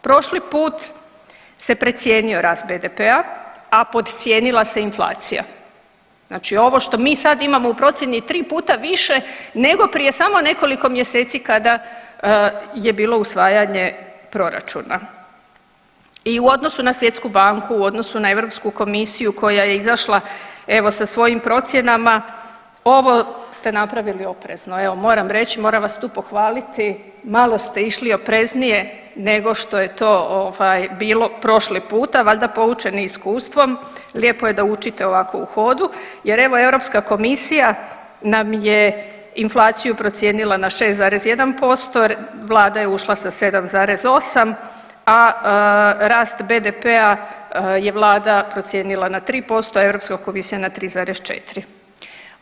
Prošli put se precijenio rast BDP-a, a podcijenila se inflacija, znači ovo što mi sad imamo u procijeni je tri puta više nego prije samo nekoliko mjeseci kada je bilo usvajanje proračuna i u odnosu na Svjetsku banku, u odnosu na Europsku komisiju koja je izašla evo sa svojim procjenama ovo ste napravili oprezno, evo moram reći, moram vas tu pohvaliti, malo ste išli opreznije nego što je to ovaj bilo prošli puta valjda poučeni iskustvom, lijepo je da učite ovako u hodu jer evo Europska komisija nam je inflaciju procijenila na 6,1%, vlada je ušla sa 7,8, a rast BDP-a je vlada procijenila na 3%, a Europska komisija na 3,4.